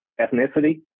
ethnicity